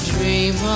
Dream